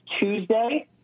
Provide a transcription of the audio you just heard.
Tuesday